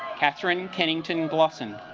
catherine kennington glosson